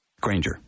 Granger